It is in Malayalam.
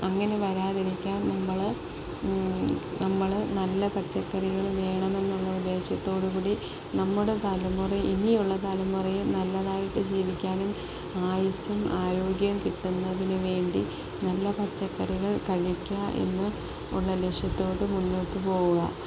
അങ്ങനെ വരാതിരിക്കാൻ നമ്മള് നമ്മള് നല്ല പച്ചക്കറികള് വേണമെന്നുള്ള ഉദേശത്തോടുകൂടി നമ്മുടെ തലമുറ ഇനിയുള്ള തലമുറയും നല്ലതായിട്ട് ജീവിക്കാനും ആയുസും ആരോഗ്യവും കിട്ടുന്നതിന് വേണ്ടി നല്ല പച്ചക്കറികൾ കഴിക്കുകയെന്നുള്ള ലക്ഷ്യത്തോടെ മുന്നോട്ട് പോവുക